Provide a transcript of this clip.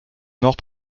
mort